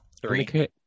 Three